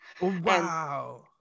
wow